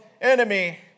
enemy